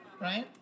Right